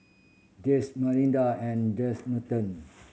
Jesse Malinda and Jesse